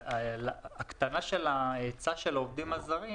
להקטנה של ההיצע של העובדים הזרים,